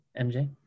MJ